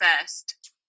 first